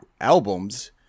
albums